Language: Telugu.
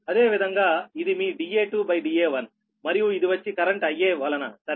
అదేవిధంగా ఇది మీ Da2 Da1 మరియు ఇది వచ్చి కరెంట్ Ia వలన సరేనా